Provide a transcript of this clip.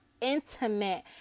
intimate